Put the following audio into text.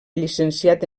llicenciat